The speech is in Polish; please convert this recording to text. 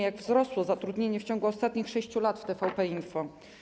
Jak wzrosło zatrudnienie w ciągu ostatnich 6 lat w TVP Info?